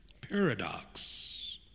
Paradox